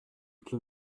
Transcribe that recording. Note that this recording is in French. clos